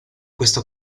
questa